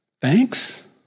Thanks